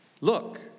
Look